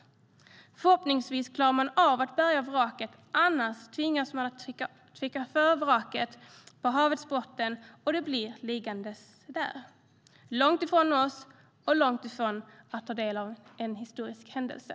Förhoppningsvis klarar man av att bärga vraket. Annars tvingas man täcka över vraket på havets botten, och det blir då liggande där långt ifrån oss och långt ifrån att någon kan ta del av en historisk händelse.